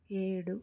ఏడు